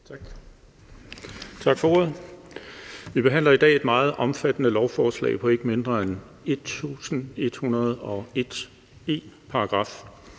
Tak for ordet. Vi behandler i dag et meget omfattende lovforslag på ikke mindre end 1.101 paragraffer,